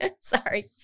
Sorry